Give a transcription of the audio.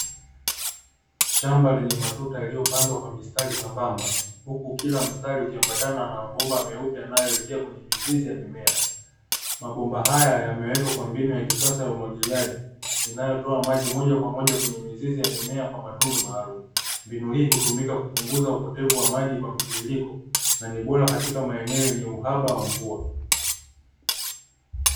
Shamba lenye matuta yaliyopandwa sambamba, huku kila mtari ukiambatana na mabomba meupe yanayo elekea kwenye mizizi ya mimea, mabomba haya yamewekwa kwa mbinu ya kisasa ya umwagiliaji, inayotoa maji moja kwa moja kwenye mizizi ya mimea kwa matundu maalumu, mbinu hii hutumika kupunguza upotevu wa maji kwa mtiririko, na nibora katika maeneo yenye uhaba wa mvua.